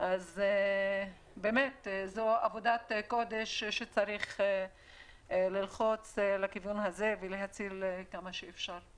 באמת זו עבודת קודש שצריך ללחוץ לכיוון הזה ולהציל כמה שאפשר.